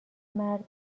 مرد